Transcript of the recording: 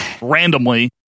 randomly